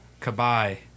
Kabai